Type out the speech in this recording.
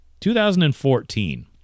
2014